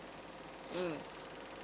mm